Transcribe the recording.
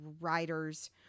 writers